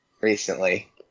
recently